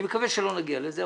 אני מקווה שלא נגיע לזה,